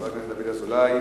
חבר הכנסת דוד אזולאי.